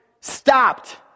stopped